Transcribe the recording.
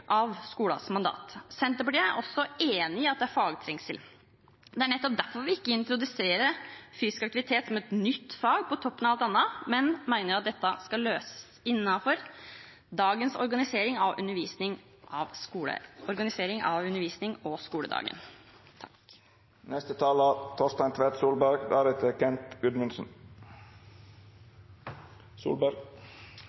av skolens mandat. Senterpartiet er også enig i at det er fagtrengsel. Det er nettopp derfor vi ikke introduserer fysisk aktivitet som et nytt fag på toppen av alt annet, men mener at dette skal løses innenfor dagens organisering av undervisningen og skoledagen.